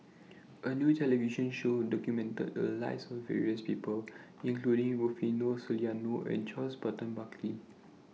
A New television Show documented The Lives of various People including Rufino Soliano and Charles Burton Buckley